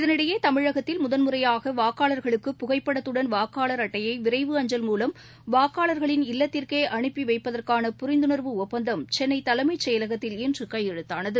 இதற்கிடையே தமிழகத்தில் முதன்முறையாக வாக்காளர்களுக்கு புகைப்படத்துடன் வாக்காளர் அட்டையை விரைவு அஞ்சல் மூலம் வாக்காளர்களின் இல்லத்திற்கே அனுப்பி வைப்பதற்கான புரிந்துணர்வு ஒப்பந்தம் சென்னை தலைமைச்செயலகத்தில் இன்று கையெழுத்தானது